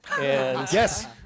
Yes